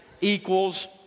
equals